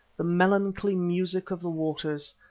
the melancholy music of the waters,